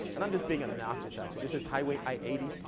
and i'm just being obnoxious, actually. this is highway i eighty,